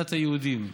במדינת היהודים,